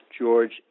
George